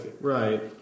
Right